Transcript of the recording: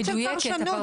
הסתיים הטיפול בהן בזמן,